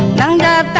and